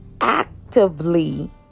actively